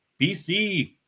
BC